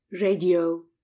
Radio